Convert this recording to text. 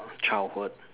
childhood